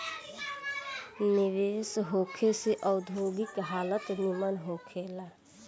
निवेश होखे से औद्योगिक हालत निमन होखे ला